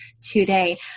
today